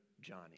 Johnny